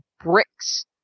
bricks